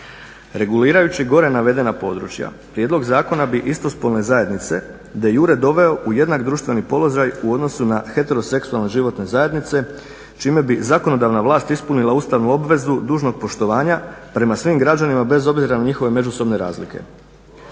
Regulirajući gore navedena područja prijedlog Zakona bi istospolne zajednice de iure doveo u jednak društveni položaj u odnosu na heteroseksualne životne zajednice čime bi zakonodavna vlast ispunila ustavnu obvezu dužnog poštovanja prema svim građanima bez obzira na njihove međusobne razlike.